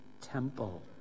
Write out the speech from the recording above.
temple